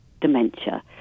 dementia